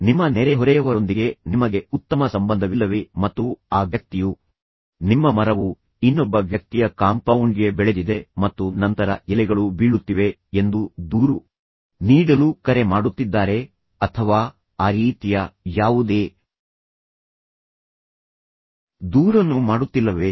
ನಿಮ್ಮ ನೆರೆಹೊರೆಯವರೊಂದಿಗೆ ನಿಮಗೆ ಉತ್ತಮ ಸಂಬಂಧವಿಲ್ಲವೇ ಮತ್ತು ಆ ವ್ಯಕ್ತಿಯು ನಿಮ್ಮ ಮರವು ಇನ್ನೊಬ್ಬ ವ್ಯಕ್ತಿಯ ಕಾಂಪೌಂಡ್ಗೆ ಬೆಳೆದಿದೆ ಮತ್ತು ನಂತರ ಎಲೆಗಳು ಬೀಳುತ್ತಿವೆ ಎಂದು ದೂರು ನೀಡಲು ಕರೆ ಮಾಡುತ್ತಿದ್ದಾರೆ ನಂತರ ನೀವು ಅದರ ಬಗ್ಗೆ ಏನು ಮಾಡುತ್ತಿಲ ಅಥವಾ ಆ ರೀತಿಯ ಯಾವುದೇ ದೂರನ್ನು ಮಾಡುತ್ತಿಲ್ಲವೇ